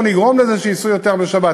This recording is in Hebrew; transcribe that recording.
אנחנו נגרום לזה שייסעו יותר בשבת.